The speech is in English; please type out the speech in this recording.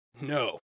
No